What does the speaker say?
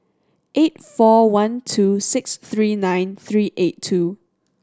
eight four one two six three nine three eight two